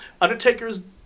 Undertaker's